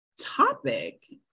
topic